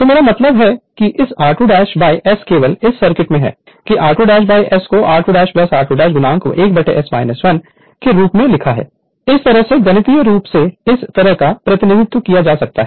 तो मेरा मतलब है कि इस r2 बाय S केवल इस सर्किट में है कि r2 बाय S को r2 r2 1S 1 के रूप में लिखा है इसलिए इस तरह से गणितीय रूप से इस तरह का प्रतिनिधित्व किया जा सकता है